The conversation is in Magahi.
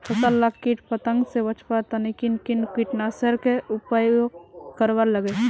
फसल लाक किट पतंग से बचवार तने किन किन कीटनाशकेर उपयोग करवार लगे?